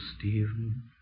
Stephen